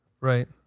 Right